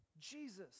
Jesus